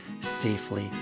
safely